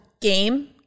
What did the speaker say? game